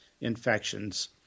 infections